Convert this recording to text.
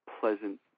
pleasant